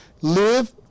Live